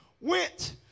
went